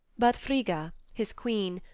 but frigga, his queen,